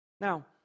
Now